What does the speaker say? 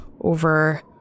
over